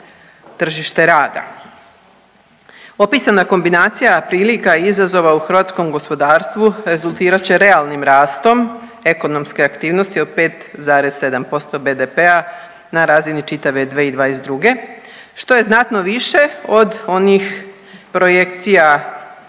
tržište rada. Opisana kombinacija prilika i izazova u hrvatskom gospodarstvu rezultirat će realnim rastom ekonomske aktivnosti od 5,7% BDP-a na razini čitave 2022., što je znatno više od onih projekcija